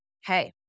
Hey